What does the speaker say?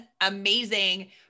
amazing